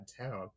town